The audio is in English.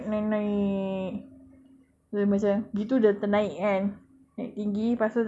dia macam begitu dah ternaik kan naik tinggi lepas tu dah dekat atas terus shoot begitu